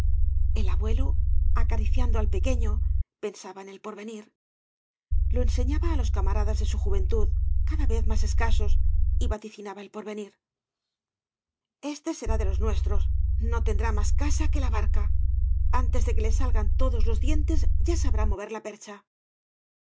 ei abuelo acariciando al pequeño pensaba en el porvenir lo enseñaba á los camaradas de su juventud cada vez más escasos y vaticinaba el porvenir este será de los nuestros no tendrá más casa que la barca antes de que le salgan todos los dientes ya sabrá mover la percha